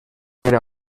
era